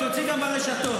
תוציא גם ברשתות.